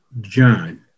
John